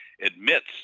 admits